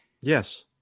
Yes